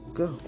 go